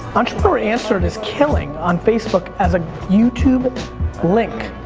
entrepreneur answered is killing on facebook as a youtube link.